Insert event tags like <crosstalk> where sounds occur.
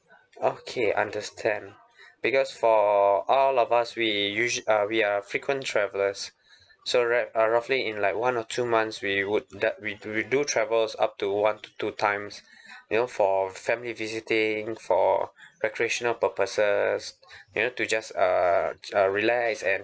okay understand because for all of us we usually uh we are frequent travelers <breath> so wrap uh roughly in like one or two months we would that we we do travels up to one to two times you know for family visiting for recreational purposes you know to just uh uh relax and